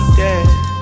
dead